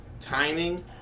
timing